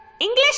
English